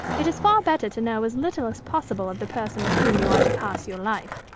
it is far better to know as little as possible of the person with whom you are to pass your life.